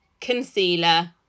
concealer